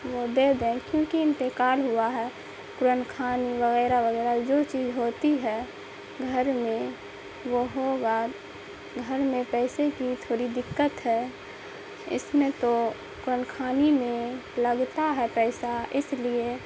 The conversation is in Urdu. وہ دے دیں کیونکہ انتقال ہوا ہے قرآن خوانی وغیرہ وغیرہ جو چیز ہوتی ہے گھر میں وہ ہوگا گھر میں پیسے کی تھوڑی دقت ہے اس میں تو قرآن خوانی میں لگتا ہے پیسہ اس لیے